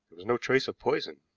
was no trace of poison.